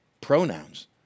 Pronouns